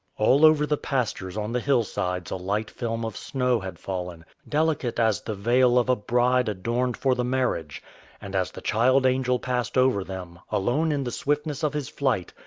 all over the pastures on the hillsides a light film of snow had fallen, delicate as the veil of a bride adorned for the marriage and as the child-angel passed over them, alone in the swiftness of his flight,